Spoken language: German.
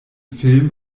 film